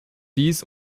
dies